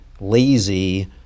lazy